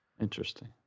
Interesting